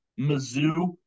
Mizzou